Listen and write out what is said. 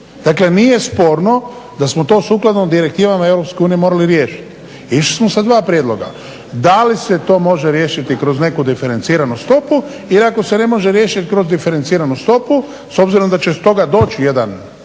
Dakle, nije sporno da smo to sukladno direktivama EU morali riješiti. Išli smo sa dva prijedloga. Da li se to može riješiti kroz neku diferenciranu stopu, jer ako se ne može riješiti kroz diferenciranu stopu s obzirom da će stoga doći jedan